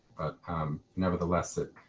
um nevertheless, it,